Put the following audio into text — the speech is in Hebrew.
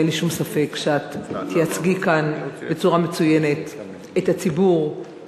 ואין לי שום ספק שאת תייצגי כאן בצורה מצוינת את הציבור,